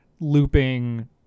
looping